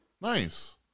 Nice